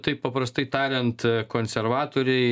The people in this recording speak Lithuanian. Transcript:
taip paprastai tariant konservatoriai